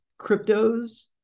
cryptos